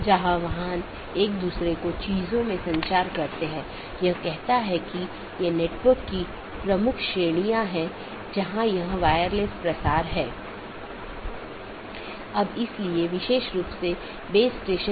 अब ऑटॉनमस सिस्टमों के बीच के लिए हमारे पास EBGP नामक प्रोटोकॉल है या ऑटॉनमस सिस्टमों के अन्दर के लिए हमारे पास IBGP प्रोटोकॉल है अब हम कुछ घटकों को देखें